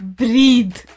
breathe